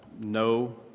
no